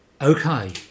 Okay